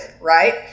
right